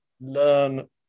learn